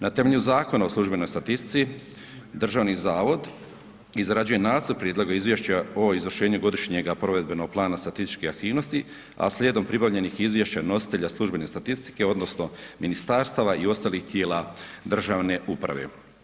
Na temelju Zakona o službenoj statistici, Državni zavod izrađuje nacrt prijedloga izvješća o izvršenju godišnjega provedbenog plana statističkih aktivnosti a slijedom pribavljenih izvješća nositelja službene statistike odnosno ministarstava i ostalih tijela državne uprave.